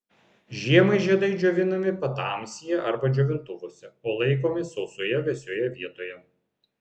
žiemai žiedai džiovinami patamsyje arba džiovintuvuose o laikomi sausoje vėsioje vietoje